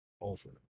over